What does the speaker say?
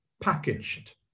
packaged